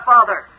Father